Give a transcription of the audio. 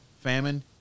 famine